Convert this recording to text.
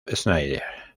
schneider